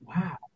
wow